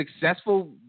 successful